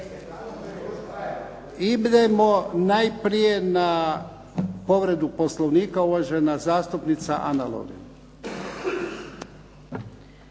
Idemo najprije na povredu Poslovnika, uvažena zastupnica Ana